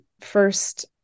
first